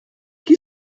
qui